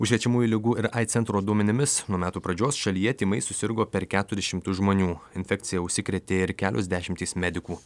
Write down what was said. užkrečiamųjų ligų ir aids centro duomenimis nuo metų pradžios šalyje tymais susirgo per keturis šimtus žmonių infekcija užsikrėtė ir kelios dešimtys medikų